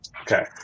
okay